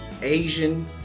Asian